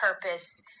purpose